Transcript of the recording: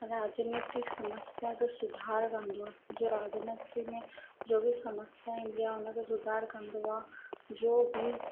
राॼनीतिक समस्या जो सुधारु कंदो आहे जो राॼनीति में जो बि समस्या ईंदी आहे उन खे सुधारु कंदो आहे जो बि